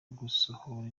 gusohora